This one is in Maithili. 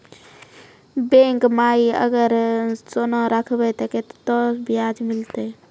बैंक माई अगर सोना राखबै ते कतो ब्याज मिलाते?